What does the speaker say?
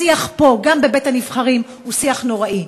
השיח פה, גם בבית-הנבחרים, הוא שיח נוראי.